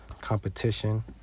competition